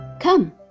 Come